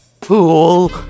pool